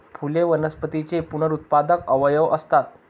फुले वनस्पतींचे पुनरुत्पादक अवयव असतात